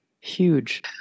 huge